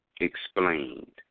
explained